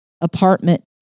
apartment